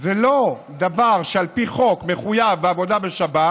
זה לא דבר שעל פי חוק מחויב בעבודה בשבת,